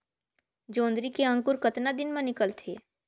जोंदरी के अंकुर कतना दिन मां निकलथे?